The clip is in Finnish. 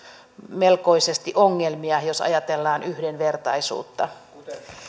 melkoisesti ongelmia jos ajatellaan yhdenvertaisuutta